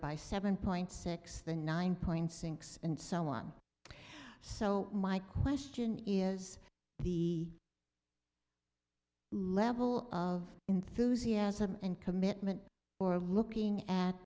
by seven point six the nine point six and so on so my question is the level of enthusiasm and commitment or looking at